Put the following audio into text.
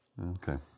Okay